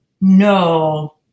No